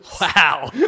Wow